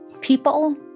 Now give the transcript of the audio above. People